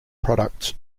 products